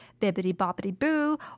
Bibbidi-bobbidi-boo